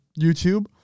YouTube